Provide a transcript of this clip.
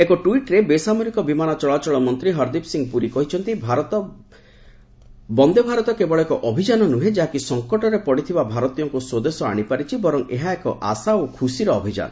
ଏକ ଟ୍ୱିଟ୍ରେ ବେସାମରିକ ବିମାନ ଚଳାଚଳ ମନ୍ତ୍ରୀ ହରଦୀପ ସିଂପୁରୀ କହିଛନ୍ତି ବନ୍ଦେ ଭାରତ କେବଳ ଏକ ଅଭିଯାନ ନୁହେଁ ଯାହାକି ସଙ୍କଟରେ ପଡିଥିବା ଭାରତୀୟଙ୍କୁ ସ୍ୱଦେଶ ଆଣିପାରିଛି ବର୍ଚ ଏହା ଏକ ଆଶା ଓ ଖୁସିର ଅଭିଯାନ